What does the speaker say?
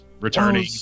returning